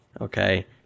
okay